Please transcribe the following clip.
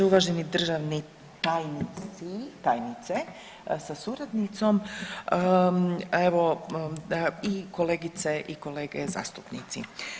Uvaženi državni tajnice sa suradnicom i kolegice i kolege zastupnici.